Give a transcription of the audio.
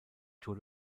tour